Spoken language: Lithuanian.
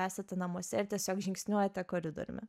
esate namuose ir tiesiog žingsniuojate koridoriumi